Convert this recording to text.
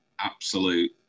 absolute